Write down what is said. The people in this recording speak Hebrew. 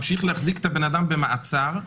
ממשיך להחזיק את הבן-אדם במעצר,